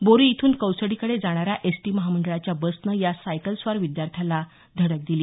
बोरी इथून कौसडीकडे जाणाऱ्या एसटी महामंडळाच्या बसनं या सायकलस्वार विद्यार्थ्याला धडक दिली